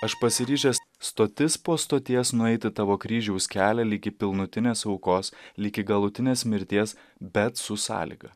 aš pasiryžęs stotis po stoties nueiti tavo kryžiaus kelią ligi pilnutinės aukos ligi galutinės mirties bet su sąlyga